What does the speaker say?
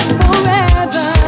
forever